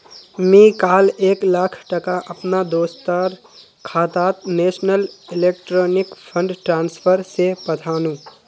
मी काल एक लाख टका अपना दोस्टर खातात नेशनल इलेक्ट्रॉनिक फण्ड ट्रान्सफर से पथानु